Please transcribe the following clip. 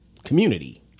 Community